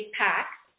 packs